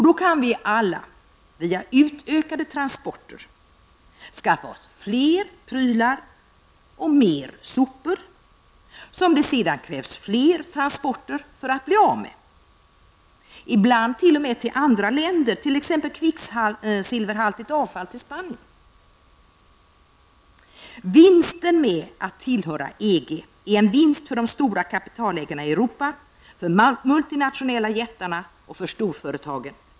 Då kan vi alla genom utökade transporter skaffa oss fler prylar och mer sopor, som det sedan krävs fler transporter för att bli av med, ibland t.o.m. till andra länder som t.ex. kvicksilverhaltigt avfall till Vinsten med att tillhöra EG är en vinst för de stora kapitalägarna i Europa, för de multinationella jättarna och för storföretagen.